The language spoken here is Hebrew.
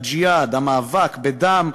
הג'יהאד והמאבק בדם,